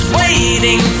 waiting